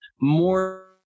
more